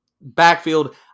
backfield –